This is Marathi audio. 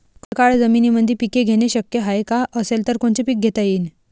खडकाळ जमीनीमंदी पिके घेणे शक्य हाये का? असेल तर कोनचे पीक घेता येईन?